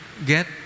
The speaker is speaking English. get